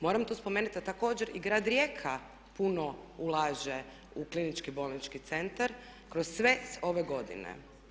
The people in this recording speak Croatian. Moram tu spomenuti a također i grad Rijeka puno ulaže u klinički bolnički centar kroz sve ove godine.